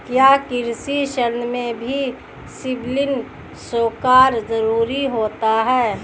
क्या कृषि ऋण में भी सिबिल स्कोर जरूरी होता है?